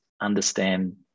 understand